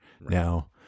now